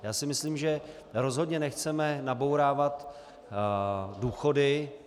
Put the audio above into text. Já si myslím, že rozhodně nechceme nabourávat důchody.